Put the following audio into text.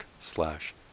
slash